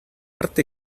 arte